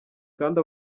kandi